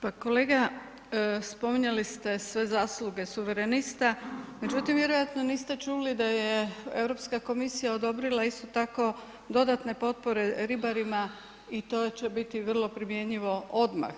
Pa kolega spominjali ste sve zasluge suverenista, međutim vjerojatno niste čuli da je Europska komisija odobrila isto tako dodatne potpore ribarima i to će biti vrlo primjenjivo odmah.